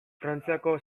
frantziako